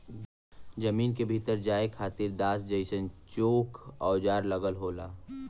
जमीन के भीतर जाये खातिर दांत जइसन चोक औजार लगल होला